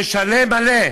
תשלם מלא.